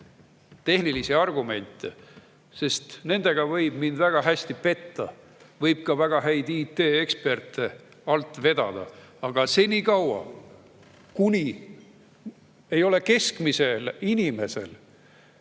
tehnilisi argumente, sest nendega võib mind väga hästi petta. Võib ka väga häid IT-eksperte alt vedada. Aga senikaua, kuni ei ole keskmisel, ilma